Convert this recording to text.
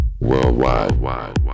Worldwide